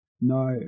No